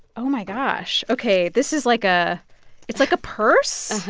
oh, my gosh. ok. this is like a it's like a purse.